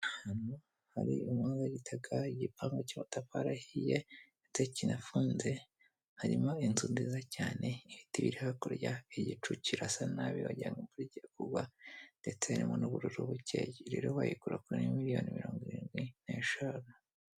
Hari umuhanda w'itaka, igipangu cy'amatafari ahiye ndetse kinafunze, harimo inzu nziza cyane, ibiti biri hakurya, igicu kirasa nabi wagira ngo imvura igfiye kugwa ndetse harimo n'ubururu bukeya. Iyi rero bayigura kuri miliyoni mirongo irindwi n'eshanu.